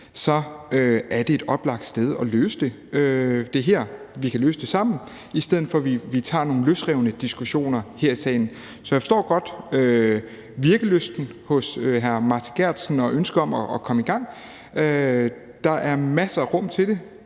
et oplagt sted at løse det her, og vi kan løse det sammen, i stedet for at vi tager nogle løsrevne diskussioner her i salen. Så jeg forstår godt virkelysten hos hr. Martin Geertsen og ønsket om at komme i gang. Der er masser af rum til det,